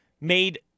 made